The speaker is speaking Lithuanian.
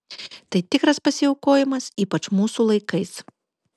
tai tikras pasiaukojimas ypač mūsų laikais